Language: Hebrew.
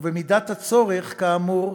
ובמידת הצורך, כאמור,